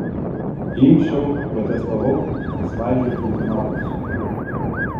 inkščiau protestavau svaidžiau ultimatumus